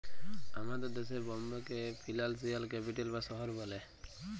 আমাদের দ্যাশে বম্বেকে ফিলালসিয়াল ক্যাপিটাল বা শহর ব্যলে